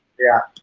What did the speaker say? yeah.